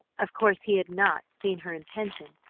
of course he had not seen her intention,